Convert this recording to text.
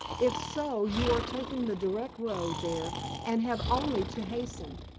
if so, you are taking the direct road there and have only to hasten.